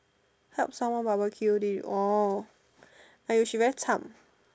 help someone barbecued it oh !aiyo! she very cham